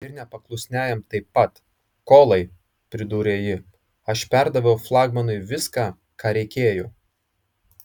ir nepaklusniajam taip pat kolai pridūrė ji aš perdaviau flagmanui viską ką reikėjo